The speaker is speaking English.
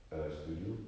err studio